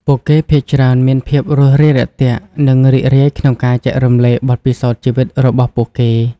ពួកគេភាគច្រើនមានភាពរួសរាយរាក់ទាក់ និងរីករាយក្នុងការចែករំលែកបទពិសោធន៍ជីវិតរបស់ពួកគេ។